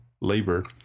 labor